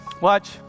Watch